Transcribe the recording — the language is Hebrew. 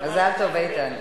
מזל טוב, איתן.